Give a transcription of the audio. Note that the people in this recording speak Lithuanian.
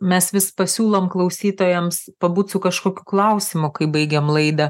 mes vis pasiūlom klausytojams pabūt su kažkokiu klausimu kai baigiam laidą